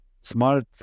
Smart